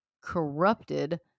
corrupted